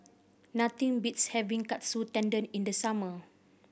nothing beats having Katsu Tendon in the summer